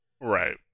Right